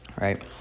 right